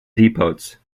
depots